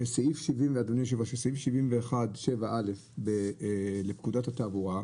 שסעיף 71(7)(א) לפקודת התעבורה,